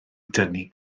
dynnu